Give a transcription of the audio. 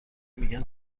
میگن